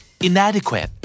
Inadequate